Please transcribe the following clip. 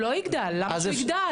הוא לא יגדל, למה שהוא יגדל?